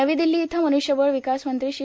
नवी दिल्ली इथं मन्रष्यबळ विकासमंत्री श्री